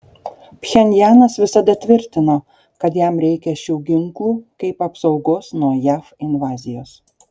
pchenjanas visada tvirtino kad jam reikia šių ginklų kaip apsaugos nuo jav invazijos